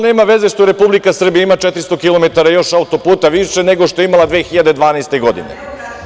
Nema veze što Republika Srbija ima 400 kilometara još auto-puta više nego što je imala 2012. godine.